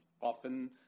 often